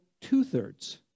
two-thirds